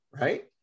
right